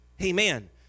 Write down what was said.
Amen